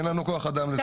אין לנו כוח אדם לזה.